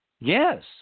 Yes